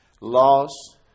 Loss